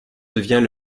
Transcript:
devient